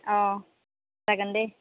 अ जागोन दे